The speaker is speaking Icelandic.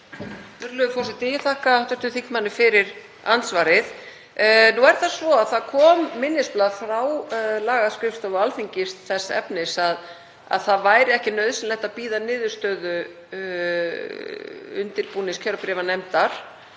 forseti. Ég þakka hv. þingmanni fyrir andsvarið. Nú er það svo að það kom minnisblað frá lagaskrifstofu Alþingis þess efnis að ekki væri nauðsynlegt að bíða niðurstöðu undirbúningskjörbréfanefndar